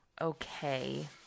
okay